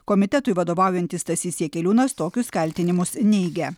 komitetui vadovaujantis stasys jakeliūnas tokius kaltinimus neigia